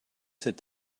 sit